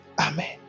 Amen